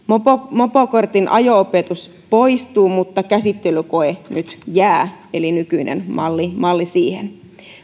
mopokortin ajo opetus poistuu mutta käsittelykoe nyt jää eli nykyinen malli malli siihen